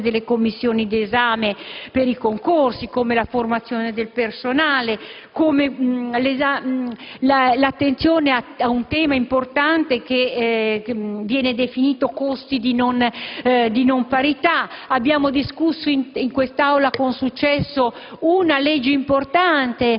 delle commissioni di esame per i concorsi, la formazione del personale o l'attenzione a un tema importante come quello che viene definito «costi di non parità». Abbiamo discusso in quest'Aula con successo una legge importante,